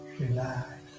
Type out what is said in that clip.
relax